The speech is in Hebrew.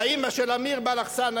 אמא של אמיר בלחסן,